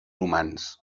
humans